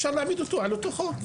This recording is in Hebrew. אפשר להעמיד אותו על אותו חוק.